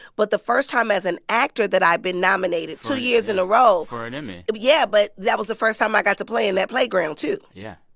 but the first time as an actor that i'd been nominated two years in a row. for an emmy yeah, but that was the first time i got to play in that playground, too yeah.